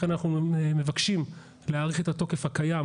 לכן אנחנו מבקשים להאריך את התוקף הקיים